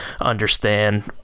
understand